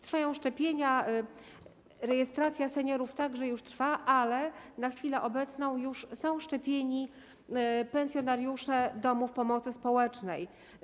Trwają szczepienia, rejestracja seniorów także już trwa, ale na chwilę obecną szczepieni są już pensjonariusze domów pomocy społecznej.